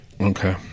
Okay